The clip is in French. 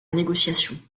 négociation